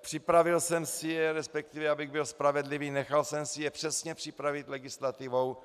Připravil jsem si je, resp. abych byl spravedlivý, nechal jsem si je přesně připravit legislativou